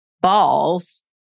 balls